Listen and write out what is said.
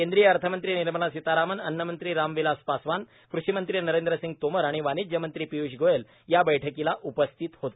केंद्रीय अर्थमंत्री निर्मला सीतारामन् अन्नमंत्री रामविलास पासवान कृषिमंत्री नरेंद्र सिंग तोमर आणि वाणिज्यमंत्री पिय्ष गोयल या बैठकीला उपस्थित होते